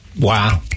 Wow